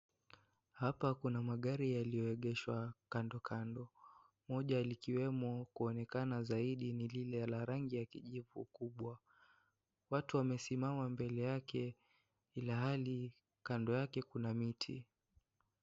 Hapa Kuna magari yaliyo egeshwa kando kando, moja likiwemo kuonekana zaidi ni lile la rangi ya kijivu kubwa. Watu wamesimama mbele yake ilhali kando yake Kuna miti.